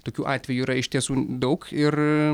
tokių atvejų yra iš tiesų daug ir